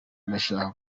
ndashaka